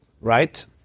Right